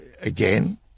again